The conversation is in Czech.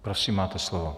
Prosím, máte slovo.